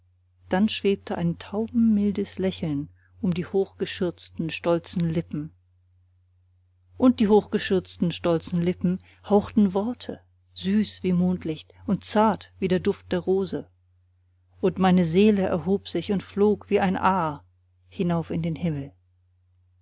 dann schwebte ein taubenmildes lächeln um die hochgeschürzten stolzen lippen und die hochgeschürzten stolzen lippen hauchten worte süß wie mondlicht und zart wie der duft der rose und meine seele erhob sich und flog wie ein aar hinauf in den himmel